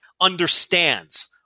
understands